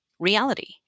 reality